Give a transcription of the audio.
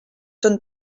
són